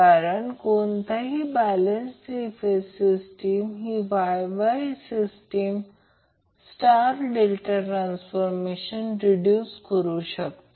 कारण कोणताही balance 3 phase system ही Y Y system star delta transformation reduce करून करू शकते